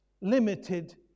limited